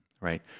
right